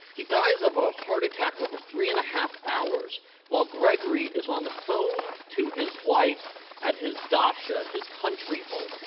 he dies of a heart attack over three and a half hours while grigory is on the phone to his wife at his dacha, his country home,